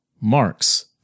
Marx